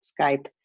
Skype